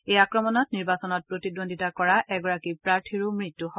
এই আক্ৰমণত নিৰ্বাচনত প্ৰতিদ্বন্দ্বিতা কৰা এগৰাকী প্ৰাৰ্থীৰো মৃত্যু হয়